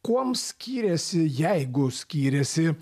kuom skyrėsi jeigu skyrėsi